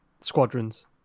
squadrons